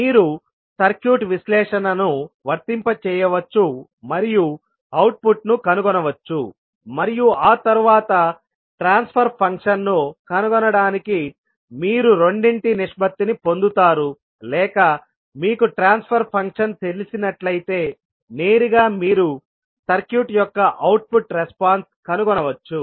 మీరు సర్క్యూట్ విశ్లేషణను వర్తింపజేయవచ్చు మరియు అవుట్పుట్ ను కనుగొనవచ్చు మరియు ఆ తరువాత ట్రాన్స్ఫర్ ఫంక్షన్ను కనుగొనడానికి మీరు రెండింటి నిష్పత్తిని పొందుతారు లేక మీకు ట్రాన్స్ఫర్ ఫంక్షన్ తెలిసినట్లయితే నేరుగా మీరు సర్క్యూట్ యొక్క అవుట్పుట్ రెస్పాన్స్ కనుగొనవచ్చు